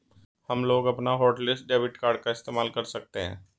हमलोग अपना hotlist debit card का इस्तेमाल कर सकते हैं